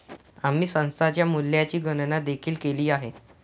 आम्ही सध्याच्या मूल्याची गणना देखील केली आहे